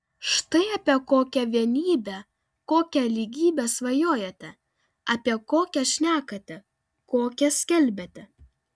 štai apie kokią vienybę kokią lygybę svajojate apie kokią šnekate kokią skelbiate